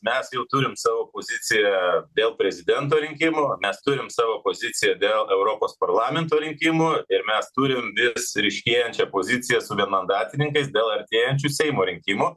mes jau turim savo poziciją dėl prezidento rinkimų mes turim savo poziciją dėl europos parlamento rinkimų ir mes turim vis ryškėjančią poziciją su vienmandatininkais dėl artėjančių seimo rinkimų